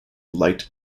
light